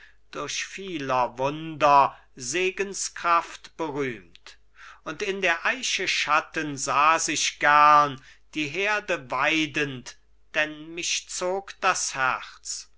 durch vieler wunder segenskraft berühmt und in der eiche schatten saß ich gern die herde weidend denn mich zog das herz